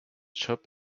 shop